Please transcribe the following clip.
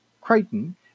Crichton